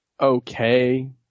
okay